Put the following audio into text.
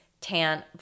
tan